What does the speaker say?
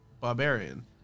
barbarian